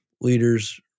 leaders